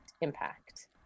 impact